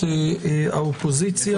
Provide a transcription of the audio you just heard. האופוזיציה.